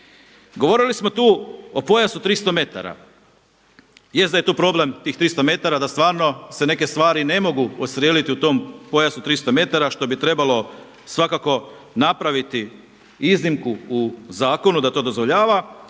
Govorili smo tu o pojasu 300m, jest da je tu problem tih 300m da stvarno se neke stvari ne mogu odstrijeliti u tom pojasu 300m, što bi trebalo svakako napraviti iznimku u zakonu da to dozvoljava,